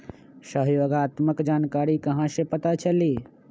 सहयोगात्मक जानकारी कहा से पता चली?